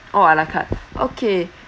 all a la carte okay